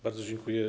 Bardzo dziękuję.